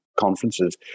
conferences